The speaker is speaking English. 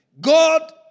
God